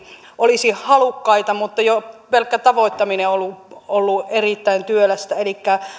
olisi halukkaita mutta jo pelkkä tavoittaminen on ollut ollut erittäin työlästä